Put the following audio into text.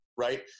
right